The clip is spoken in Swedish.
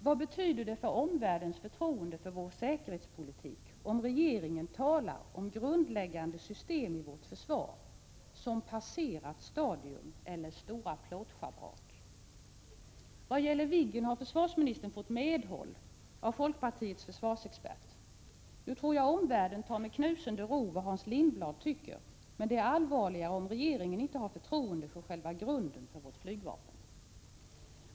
Vad betyder det för omvärldens förtroende för vår säkerhetspolitik om regeringen beträffande grundläggande system i vårt försvar talar om ett ”passerat stadium” eller om ”stora plåtschabrak”? Vad gäller Viggen har försvarsministern fått medhåll av folkpartiets försvarsexpert. Jag tror dock att omvärlden tar Hans Lindblads åsikter med ”knusende ro”. Men det är allvarligare om regeringen inte har förtroende för själva grunden för vårt flygvapen.